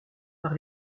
par